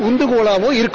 உந்துகோலாகவோ இருக்கும்